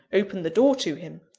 opened the door to him?